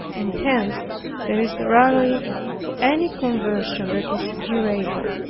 and hence there is rarely any conversion that is durable.